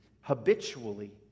habitually